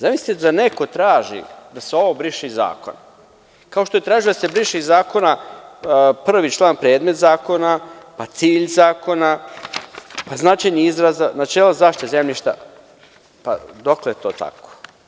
Zamislite da neko traži da se ovo briše iz zakona, kao što tražio da se briše iz zakona 1. član - predmet zakona, pa cilj zakona, pa značenje izraza, načelo zaštite zemljišta, pa dokle to tako?